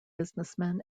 businessmen